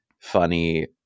funny